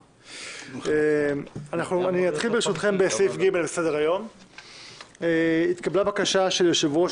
4 בנובמבר 2020. התקבלה בקשה של יושב-ראש